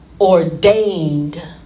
ordained